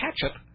ketchup